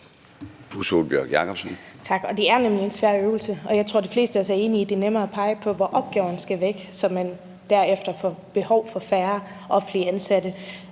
Det er nemlig en svær øvelse, og jeg tror, de fleste af os er enige om, at det er nemmere at pege på, hvilke opgaver der skal væk, så man derefter får behov for færre offentligt ansatte.